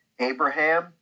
Abraham